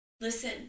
Listen